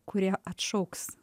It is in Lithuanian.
kurie atšauks